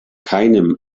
keinem